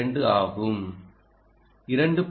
2 ஆகும் 2